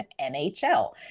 NHL